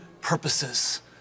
purposes